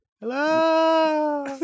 Hello